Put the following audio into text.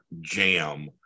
jam